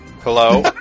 Hello